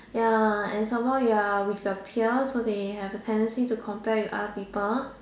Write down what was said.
ya and some more you are with your peers so they have a tendency to compare you with other people